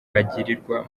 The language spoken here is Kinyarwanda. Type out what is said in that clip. bagirirwa